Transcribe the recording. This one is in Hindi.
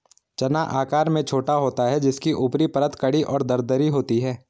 चना आकार में छोटा होता है जिसकी ऊपरी परत कड़ी और दरदरी होती है